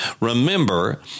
Remember